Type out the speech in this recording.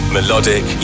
Melodic